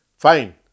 Fine